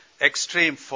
extreme